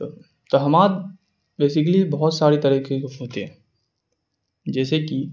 توہمات بیسکلی بہت سارے طریقے کے ہوتے ہیں جیسے کہ